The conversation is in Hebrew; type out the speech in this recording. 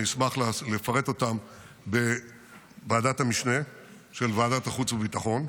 אני אשמח לפרט בוועדת המשנה של ועדת החוץ והביטחון,